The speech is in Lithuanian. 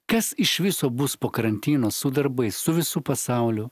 kas iš viso bus po karantino su darbais su visu pasauliu